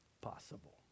possible